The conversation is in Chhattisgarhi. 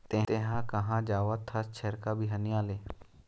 तेंहा कहाँ जावत हस छेरका, बिहनिया ले?